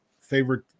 favorite